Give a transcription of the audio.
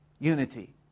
Unity